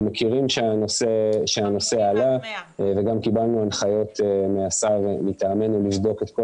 אנחנו יודעים שהנושא עלה וגם קיבלנו הנחיות מהשר מטעמנו לבדוק את כל